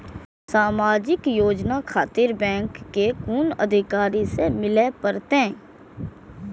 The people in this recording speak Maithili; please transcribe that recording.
समाजिक योजना खातिर बैंक के कुन अधिकारी स मिले परतें?